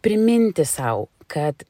priminti sau kad